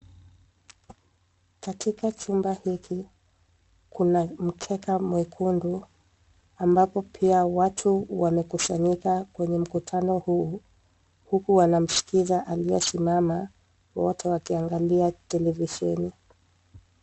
Katika chumba hiki, kuna mkeka mwekundu ambapo pia watu wamekusanyika kwenye mkutano huu huku wanamsikiza aliyesimama, wote wakiangalia televisheni.